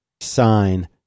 sign